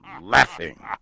laughing